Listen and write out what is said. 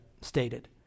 stated